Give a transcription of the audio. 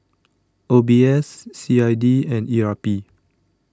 O B S C I D and E R P